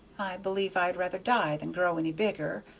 believe i'd rather die than grow any bigger.